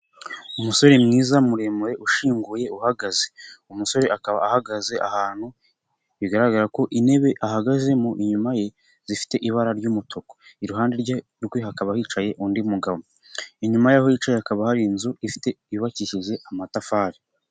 Umusore mwiza, muremure, ushinguye, uhagaze, umusore akaba ahagaze ahantu, bigaragara ko intebe ahagazemo inyuma ye, zifite ibara ry'umutuku, iruhande rwe hakaba hicaye undi mugabo, inyuma y'aho yicaye hakaba hari inzu, ifite yubakishije amatafari.